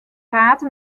prate